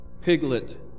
Piglet